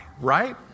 right